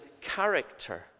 character